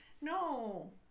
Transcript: No